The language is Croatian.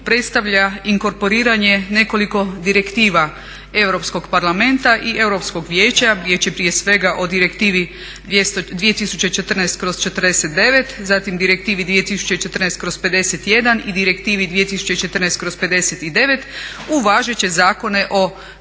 predstavlja inkorporiranje nekoliko direktiva Europskog parlamenta i Europskog vijeća. Riječ je prije svega o Direktivi 2014/49, zatim Direktivi 2014/51 i Direktivi 2014/59 u važeće Zakone o